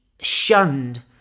shunned